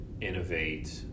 innovate